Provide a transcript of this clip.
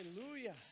Hallelujah